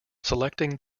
selecting